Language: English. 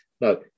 no